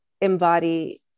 embody